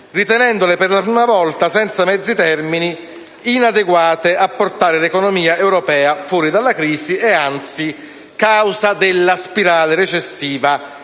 ritenendole per la prima volta, senza mezzi termini, inadeguate a portare l'economia europea fuori dalla crisi, e anzi causa della spirale recessiva che